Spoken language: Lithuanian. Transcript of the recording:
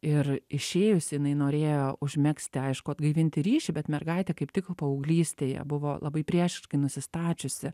ir išėjusi jinai norėjo užmegzti aišku atgaivinti ryšį bet mergaitė kaip tik paauglystėje buvo labai priešiškai nusistačiusi